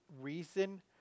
reason